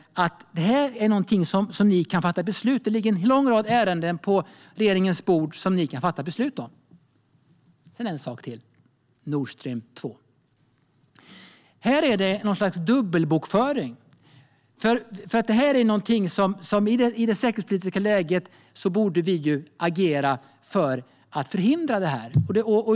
Det här är någonting som regeringen kan fatta beslut om. Det ligger en lång rad ärenden på ert bord som ni kan fatta beslut om. En sak till: Nord Stream 2. Här är det någon sorts dubbel bokföring. I det rådande säkerhetspolitiska läget borde vi ju agera för att förhindra det här.